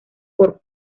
por